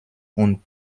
und